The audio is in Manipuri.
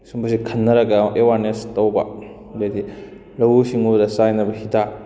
ꯁꯤꯒꯝꯕꯁꯦ ꯈꯅꯔꯒ ꯑꯋꯦꯔꯅꯦꯁ ꯇꯧꯕ ꯑꯗꯨꯗꯩꯗꯤ ꯂꯧꯎ ꯁꯤꯡꯎꯕꯗ ꯆꯥꯏꯅꯕ ꯍꯤꯗꯥꯛ